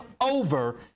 over